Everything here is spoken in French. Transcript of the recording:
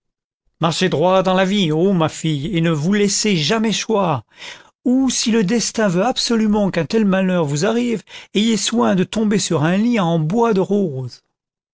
marchez droit dans la vie ô ma fille et ne vous laissez jamais choir ou si le destin veut absolument qu'un tel malheur vous arrive ayez soin de tomber sur un lit en bois de rose